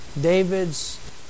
David's